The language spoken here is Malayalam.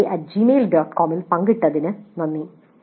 com ൽ പങ്കിട്ടതിന് നന്ദി